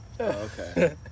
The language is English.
Okay